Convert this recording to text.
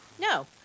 No